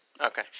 Okay